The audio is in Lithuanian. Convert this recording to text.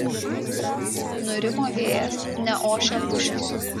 nurimo vėjas neošia pušys